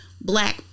black